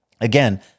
Again